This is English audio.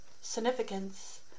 significance